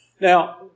Now